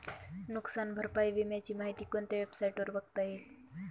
नुकसान भरपाई विम्याची माहिती कोणत्या वेबसाईटवर बघता येईल?